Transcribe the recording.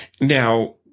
Now